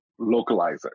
localizer